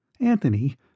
Anthony